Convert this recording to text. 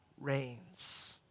reigns